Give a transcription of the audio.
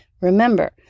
Remember